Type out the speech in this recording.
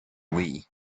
wii